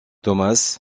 thomas